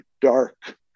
dark